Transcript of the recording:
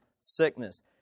sickness